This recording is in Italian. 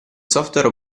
software